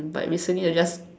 but recently I just